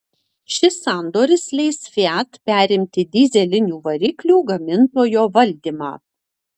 šis sandoris leis fiat perimti dyzelinių variklių gamintojo valdymą